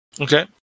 Okay